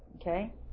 Okay